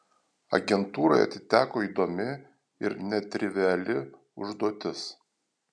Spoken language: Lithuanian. agentūrai atiteko įdomi ir netriviali užduotis